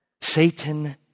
Satan